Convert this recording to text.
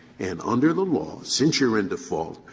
and under the law, since you're in default,